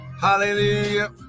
Hallelujah